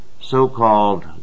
so-called